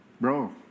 Bro